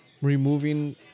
Removing